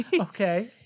okay